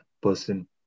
person